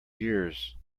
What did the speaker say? years